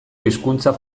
hizkuntza